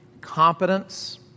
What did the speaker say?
competence